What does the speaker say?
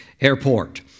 airport